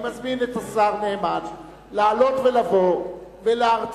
אני מזמין את השר נאמן לעלות ולבוא ולהרצות